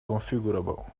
configurable